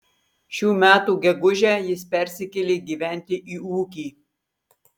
šių metų gegužę jis persikėlė gyventi į ūkį